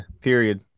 period